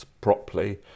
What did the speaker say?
properly